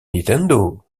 nintendo